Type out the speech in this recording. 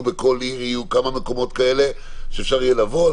בכל עיר יהיו כמה מקומות כאלה שאפשר יהיה לבוא,